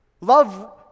love